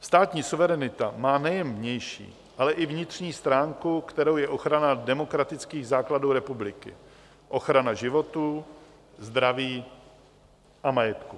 Státní suverenita má nejen vnější, ale i vnitřní stránku, kterou je ochrana demokratických základů republiky, ochrana životů, zdraví a majetku.